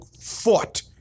fought